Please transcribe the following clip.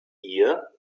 ihr